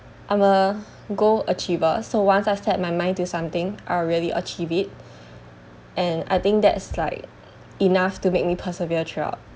I'm a goal achiever so once I've set my mind to something I'll really achieve it and I think that's like enough to make me persevere throughout